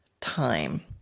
time